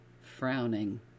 frowning